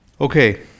Okay